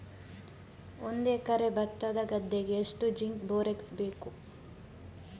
ಒಂದು ಎಕರೆ ಭತ್ತದ ಗದ್ದೆಗೆ ಎಷ್ಟು ಜಿಂಕ್ ಬೋರೆಕ್ಸ್ ಬೇಕು?